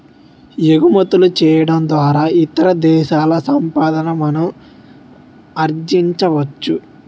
ఎగుమతులు చేయడం ద్వారా ఇతర దేశాల సంపాదన మనం ఆర్జించవచ్చు